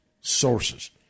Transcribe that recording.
sources